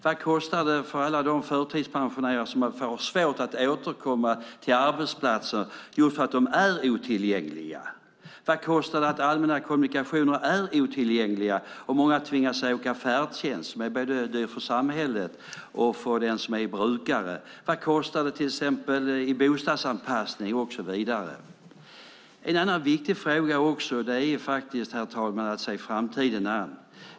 Vad kostar det för alla de förtidspensionärer som får svårt att återkomma till arbetsplatserna, därför att de är otillgängliga, vad kostar det att allmänna kommunikationer är otillgängliga så att många tvingas åka färdtjänst, som är dyrt både för samhället och för den som är brukare, vad kostar det till exempel i bostadsanpassning och så vidare? En annan viktig sak, herr talman, är att se framtiden an.